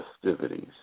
festivities